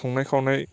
संनाय खावनाय